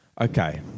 Okay